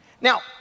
Now